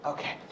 Okay